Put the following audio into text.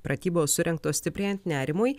pratybos surengtos stiprėjant nerimui